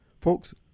folks